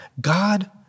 God